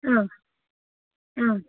অঁ অঁ